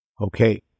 Okay